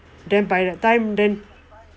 then by that time then